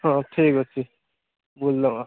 ହଁ ଠିକ୍ ଅଛି ବୁଲିଦେବା